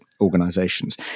organizations